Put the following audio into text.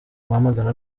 wamagana